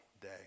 day